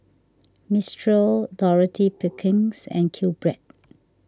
Mistral Dorothy Perkins and Qbread